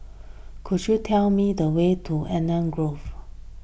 could you tell me the way to Eden Grove